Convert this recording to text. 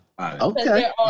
Okay